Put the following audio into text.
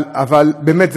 אבל באמת,